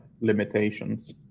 limitations